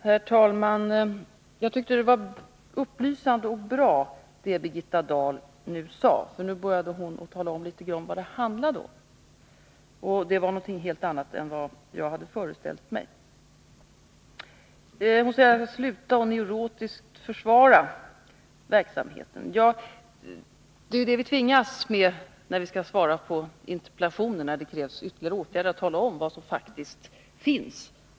Herr talman! Jag tyckte det var upplysande och bra, det Birgitta Dahl nu sade, för nu började hon tala om litet grand vad det handlade om. Och det var någonting helt annat än vad jag hade föreställt mig. Hon säger att jag skall sluta att neurotiskt försvara verksamheten. Ja, men det är ju vad vi tvingas till, när vi skall svara på interpellationer där det krävs ytterligare åtgärder, att tala om vad som faktiskt finns.